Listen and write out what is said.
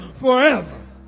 forever